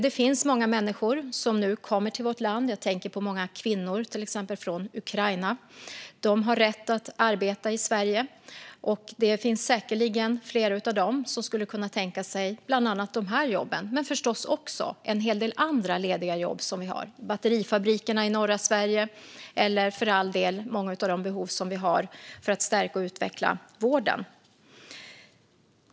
Det är många människor som nu kommer till vårt land - jag tänker på till exempel många kvinnor från Ukraina - som har rätt att arbeta i Sverige. Säkerligen skulle flera av dem kunna tänka sig bland annat de här jobben men förstås också en hel del andra lediga jobb som finns, till exempel i batterifabrikerna i norra Sverige eller för all del i vården för att stärka och utveckla den.